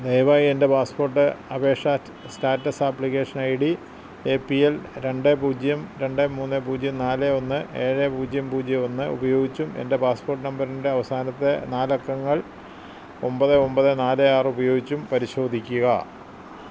ദയവായി എൻ്റെ പാസ്പോർട്ട് അപേക്ഷാ status application I D A P L രണ്ട് പൂജ്യം രണ്ട് മൂന്ന് പൂജ്യം നാല് ഒന്ന് ഏഴ് പൂജ്യം പൂജ്യം ഒന്ന് ഉപയോഗിച്ചും എൻ്റെ പാസ്പോർട്ട് നമ്പറിൻ്റെ അവസാനത്തെ നാല് അക്കങ്ങൾ ഒമ്പത് ഒമ്പത് നാല് ആറും ഉപയോഗിച്ചും പരിശോധിക്കുക